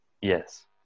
Yes